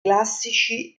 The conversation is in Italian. classici